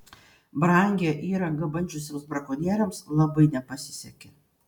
brangią įrangą bandžiusiems brakonieriams labai nepasisekė